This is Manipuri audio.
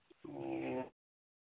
ꯑꯣ